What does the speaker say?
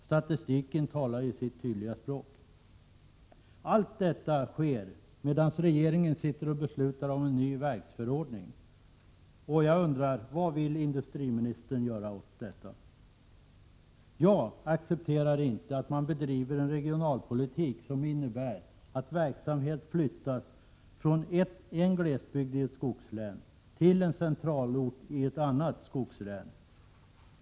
Statistiken talar sitt tydliga språk. Jag accepterar inte att man bedriver en regionalpolitik, som innebär att verksamhet flyttas från en glesbygd i ett skogslän till en centralort i ett annat skogslän.